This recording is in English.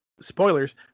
spoilers